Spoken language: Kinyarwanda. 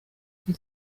cye